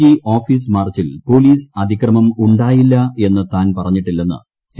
G office മാർച്ചിൽ police അതിക്രമം ഉണ്ടായില്ല എന്ന് താൻ പറഞ്ഞിട്ടില്ലെന്ന് സി